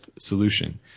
solution